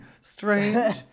Strange